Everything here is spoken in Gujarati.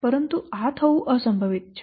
પરંતુ આ થવું અસંભવિત છે